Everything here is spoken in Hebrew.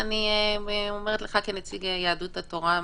שאני אומרת לך כנציג יהדות התורה,